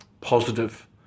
positive